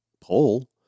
poll